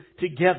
together